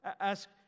ask